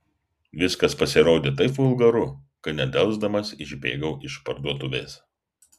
viskas pasirodė taip vulgaru kad nedelsdamas išbėgau iš parduotuvės